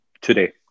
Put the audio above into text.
today